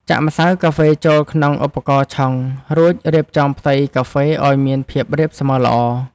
ចាក់ម្សៅកាហ្វេចូលក្នុងឧបករណ៍ឆុង រួចរៀបចំផ្ទៃកាហ្វេឱ្យមានភាពរាបស្មើល្អ។